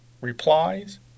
replies